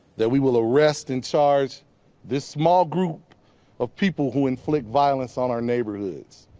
that we will arrest and charge this small group of people who inflict violence on our neighborhoods.